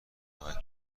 راحت